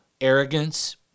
arrogance